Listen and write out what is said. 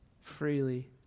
freely